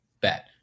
bet